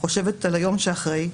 חושבת על היום שאחרי,